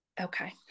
Okay